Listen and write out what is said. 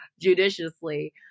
judiciously